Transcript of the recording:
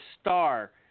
star